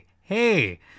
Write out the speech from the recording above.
Hey